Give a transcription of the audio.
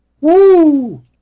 Woo